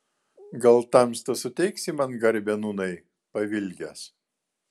gal tamsta suteiksi man garbę nūnai pavilgęs